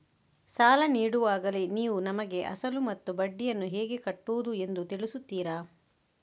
ಸಾಲ ನೀಡುವಾಗಲೇ ನೀವು ನಮಗೆ ಅಸಲು ಮತ್ತು ಬಡ್ಡಿಯನ್ನು ಹೇಗೆ ಕಟ್ಟುವುದು ಎಂದು ತಿಳಿಸುತ್ತೀರಾ?